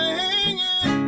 hanging